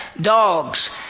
Dogs